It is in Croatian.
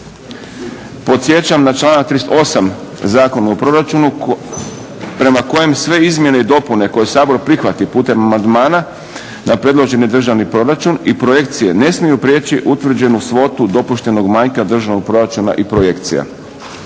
Podsjećam na članak 38. Zakona o proračunu prema kojem sve izmjene i dopune koje Sabor prihvati putem amandmana na predloženi državni proračun i projekcije ne smiju prijeći utvrđenu svotu dopuštenog manjka državnog proračuna i projekcija.